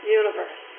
universe